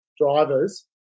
drivers